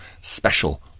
Special